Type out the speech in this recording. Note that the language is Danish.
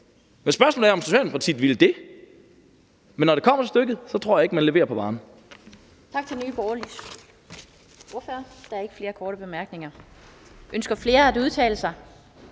Men spørgsmålet er, om Socialdemokratiet vil det. Men når det kommer til stykket, tror jeg ikke, at man leverer varen.